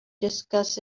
discuss